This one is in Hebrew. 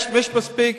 יש מספיק